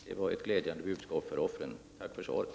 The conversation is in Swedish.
Herr talman! Det var ett glädjande budskap för offren. Tack för svaret.